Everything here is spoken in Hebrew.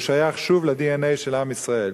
הוא שייך שוב ל-DNA של עם ישראל.